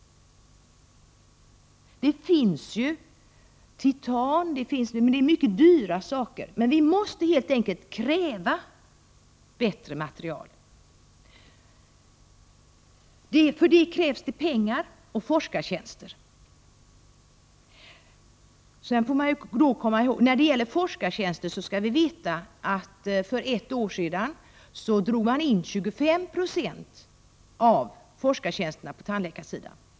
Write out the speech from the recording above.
Det finns alternativa material, som t.ex. titan, men de är mycket dyra. Vi måste helt enkelt kräva bättre material. För detta krävs pengar och forskartjänster. När det gäller forskartjänster skall vi veta att man för ett år sedan drog in 25 26 av forskartjänsterna på tandläkarområdet.